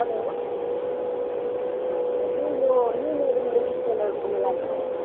hello हजुर यो new modern ladies टेलरकोमा लाग्यो